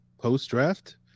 post-draft